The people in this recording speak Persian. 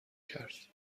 کرد